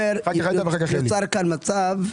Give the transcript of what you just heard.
נוצר פה מצב,